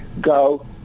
go